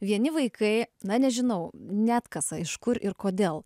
vieni vaikai na nežinau neatkasa iš kur ir kodėl